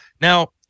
Now